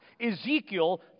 Ezekiel